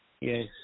Yes